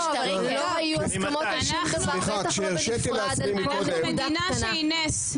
אנחנו מדינה שהיא נס.